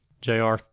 JR